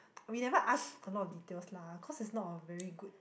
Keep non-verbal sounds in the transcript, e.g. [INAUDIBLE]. [NOISE] we never ask a lot of details lah cause is not a very good